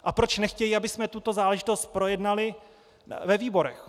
A proč nechtějí, abychom tuto záležitost projednali ve výborech?